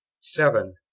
seven